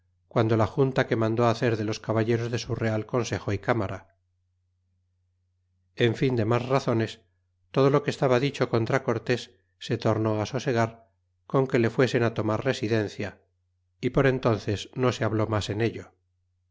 guando la junta que mandó hacer de los caballeros de su real consejo y cámara en fin de mas razones todo lo que estaba dicho contra cortes se tornó sosegar con que le fuesen tomar residencia y por entnces no se habló mas en ello